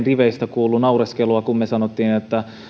riveistä kuului naureskelua kun me sanoimme että